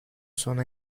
sona